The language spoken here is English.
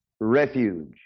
refuge